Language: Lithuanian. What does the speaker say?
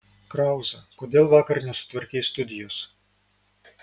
krauza kodėl vakar nesutvarkei studijos